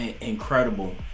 Incredible